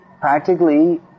practically